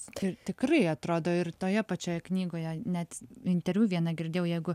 tir tikrai atrodo ir toje pačioje knygoje net interviu vieną girdėjau jeigu